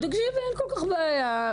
חברת הכנסת שלי מירון, בבקשה.